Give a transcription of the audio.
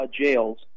jails